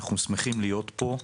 אנחנו שמחים להיות פה.